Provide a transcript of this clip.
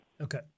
Okay